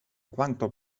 quanto